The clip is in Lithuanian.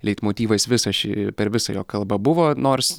leitmotyvas visą šį per visą jo kalbą buvo nors